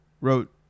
wrote